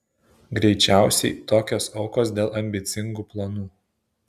greičiausiai tokios aukos dėl ambicingų planų